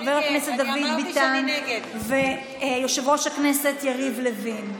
חבר הכנסת דוד ביטן ויושב-ראש הכנסת יריב לוין.